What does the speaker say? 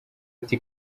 ati